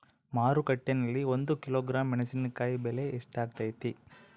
ಮಾರುಕಟ್ಟೆನಲ್ಲಿ ಒಂದು ಕಿಲೋಗ್ರಾಂ ಮೆಣಸಿನಕಾಯಿ ಬೆಲೆ ಎಷ್ಟಾಗೈತೆ?